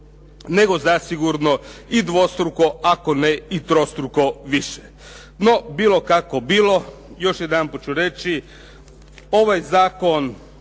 nego zasigurno i dvostruko ako ne i trostruko više. No, bilo kako bilo još jedan put ću reći, ovaj zakon